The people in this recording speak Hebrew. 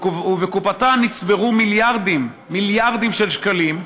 ובקופתה נצברו מיליארדים, מיליארדים של שקלים,